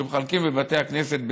שמחלקים בבתי הכנסת,